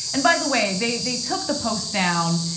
and by the way, they took the post down.